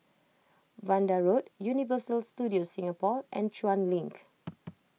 Vanda Road Universal Studios Singapore and Chuan Link